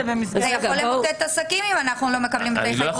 זה יכול למוטט עסקים אם אנחנו לא מקבלים את המחויבות הזו מראש.